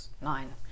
nine